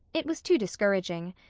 it was too discouraging.